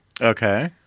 Okay